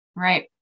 right